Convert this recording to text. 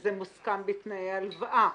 וזה מוסכם בתנאי ההלוואה.